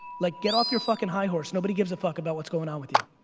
like get off your fucking high horse, nobody gives a fuck about what's going on with you.